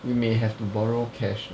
we may have to borrow cash though